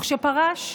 וכשפרש,